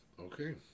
Okay